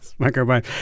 microbiome